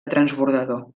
transbordador